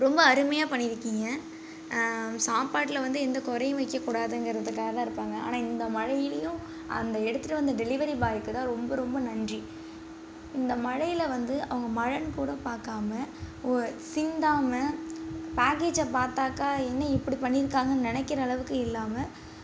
ரொம்ப அருமையாக பண்ணியிருக்கீங்க சாப்பாடில் வந்து எந்த குறையும் வைக்கக் கூடாதுங்கிறதுக்காக இருப்பாங்க ஆனால் இந்த மழையிலையும் அந்த எடுத்துகிட்டு வந்து டெலிவரி பாய்க்கு தான் ரொம்ப ரொம்ப நன்றி இந்த மழையில் வந்து அவங்க மழைன்னு கூட பார்க்காம ஒ சிந்தாமல் பேக்கேஜை பார்த்தாக்கா என்ன இப்படி பண்ணியிருக்காங்கன்னு நினைக்கிற அளவுக்கு இல்லாமல்